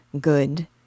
good